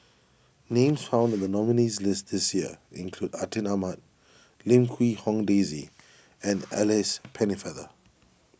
names found in the nominees' list this year include Atin Amat Lim Quee Hong Daisy and Alice Pennefather